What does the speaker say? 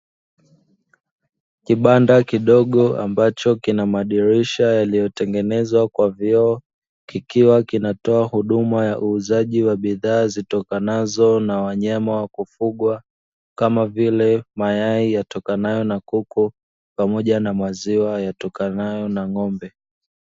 Kibanda kidogo ambacho kina madirisha yaliyotengenezwa kwa vioo, kikiwa kinatoa huduma ya uuzaji wa bidhaa zitokanazo na wanyama wa kifugwa, kama vile mayai yatokanayo na kuku pamoja na maziwa yatokanayo na ng'ombe.